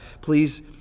please